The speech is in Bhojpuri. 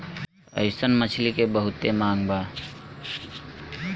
अइसन मछली के बहुते मांग बा